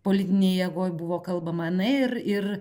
politinėj jėgoj buvo kalbama na ir ir